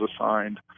assigned